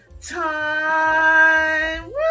time